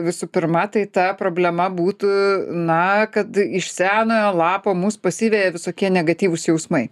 visų pirma tai ta problema būtų na kad iš senojo lapo mus pasiveja visokie negatyvūs jausmai